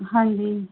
ਹਾਂਜੀ